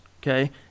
okay